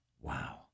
Wow